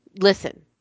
listen